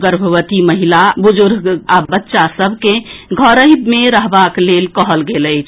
गर्भवती महिला बुजुर्ग आ बच्चा सभ के घरहि मे रहबाक लेल कहल गेल अछि